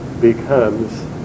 becomes